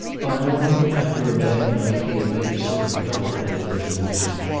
by morning, after a bad night, he had made a sort of double-headed resolution,